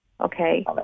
okay